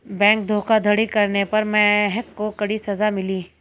bank धोखाधड़ी करने पर महक को कड़ी सजा मिली